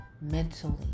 mentally